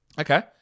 Okay